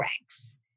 ranks